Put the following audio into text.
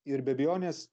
ir be abejonės